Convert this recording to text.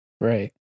Right